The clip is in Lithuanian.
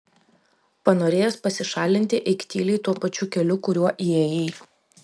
panorėjęs pasišalinti eik tyliai tuo pačiu keliu kuriuo įėjai